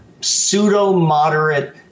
pseudo-moderate